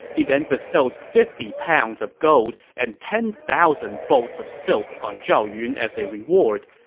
he then bestowed fifty pounds of gold and ten thousand bolts of silk on zhao yun as a reward,